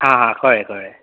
आ हा कळें कळें